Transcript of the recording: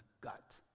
gut